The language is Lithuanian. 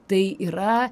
tai yra